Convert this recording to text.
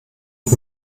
und